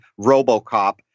RoboCop